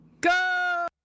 Go